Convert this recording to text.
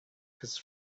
his